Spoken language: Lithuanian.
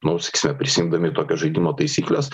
nu sakysime prisiimdami tokias žaidimo taisykles